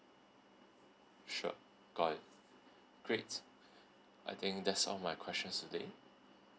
sure got it great I think that's all my questions today